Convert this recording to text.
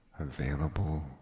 Available